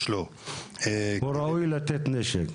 יש לו --- הוא ראוי לתת נשק.